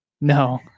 No